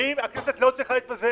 ואם הכנסת לא צריכה להתפזר,